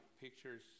pictures